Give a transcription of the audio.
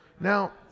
Now